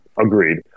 Agreed